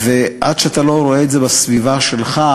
ועד שאתה לא רואה את זה בסביבה שלך,